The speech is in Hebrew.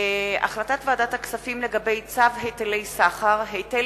החלטת ועדת הכספים לגבי צו היטלי סחר (היטל